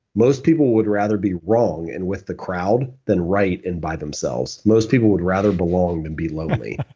most people would rather be wrong and with the crowd than right and by themselves. most people would rather belong than be lonely.